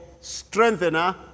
Strengthener